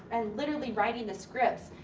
and literally writing the scripts,